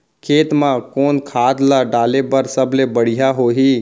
खेत म कोन खाद ला डाले बर सबले बढ़िया होही?